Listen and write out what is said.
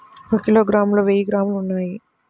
ఒక కిలోగ్రామ్ లో వెయ్యి గ్రాములు ఉన్నాయి